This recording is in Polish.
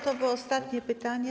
To było ostatnie pytanie.